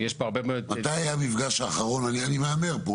אני מהמר פה,